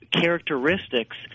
characteristics